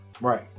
right